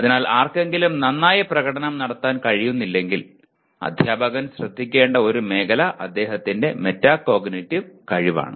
അതിനാൽ ആർക്കെങ്കിലും നന്നായി പ്രകടനം നടത്താൻ കഴിയുന്നില്ലെങ്കിൽ അധ്യാപകൻ ശ്രദ്ധിക്കേണ്ട ഒരു മേഖല അദ്ദേഹത്തിന്റെ മെറ്റാകോഗ്നിറ്റീവ് കഴിവാണ്